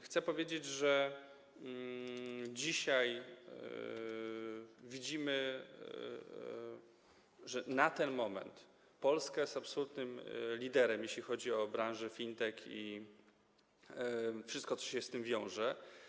Chcę powiedzieć, że dzisiaj widzimy, że na ten moment Polska jest absolutnym liderem, jeśli chodzi o branżę FinTech i wszystko, co się z tym wiąże.